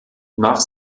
nach